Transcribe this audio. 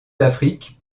affrique